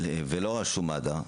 ולא רשום "מד"א".